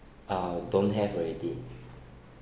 uh don't have already